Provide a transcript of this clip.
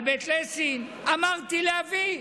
על בית ליסין, אמרתי להביא.